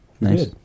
Nice